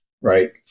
Right